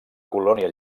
colònia